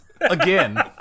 Again